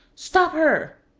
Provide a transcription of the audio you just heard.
stop her!